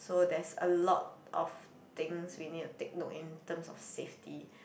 so there's a lot of things we need to take note in terms of safety